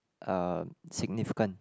uh significant